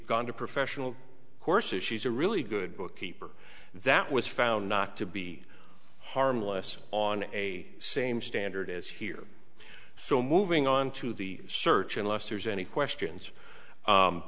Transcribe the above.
gone to professional courses she's a really good bookkeeper that was found not to be harmless on a same standard as here so moving on to the search unless there's any questions